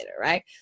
right